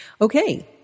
Okay